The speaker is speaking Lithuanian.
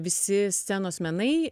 visi scenos menai